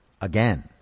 again